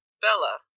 Bella